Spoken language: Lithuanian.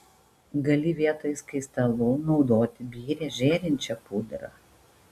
gali vietoj skaistalų naudoti birią žėrinčią pudrą